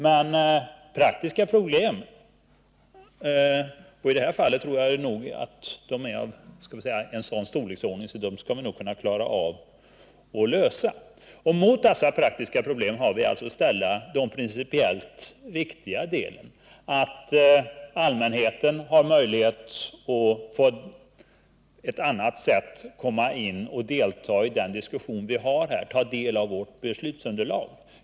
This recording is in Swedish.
Men mot dessa praktiska problem — i det här fallet tror jag att de är av en sådan storleksordning att vi nog skall kunna klara av att lösa dem — har vi att ställa det principiellt viktiga som ligger i att allmänheten skulle kunna få möjlighet att på ett annat sätt följa den diskussion vi har här genom att den får ta del av vårt beslutsunderlag.